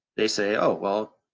they say, oh, well,